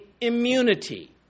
immunity